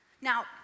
Now